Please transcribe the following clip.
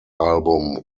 album